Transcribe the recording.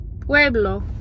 Pueblo